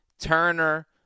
Turner